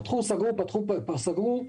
פתחו, סגרו, פתחו, סגרו.